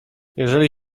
jeżeli